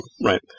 Right